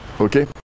okay